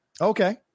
Okay